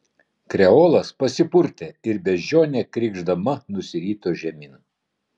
kreolas pasipurtė ir beždžionė krykšdama nusirito žemyn